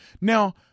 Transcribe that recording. now